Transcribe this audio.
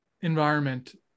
environment